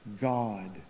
God